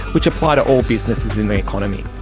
which apply to all businesses in the economy.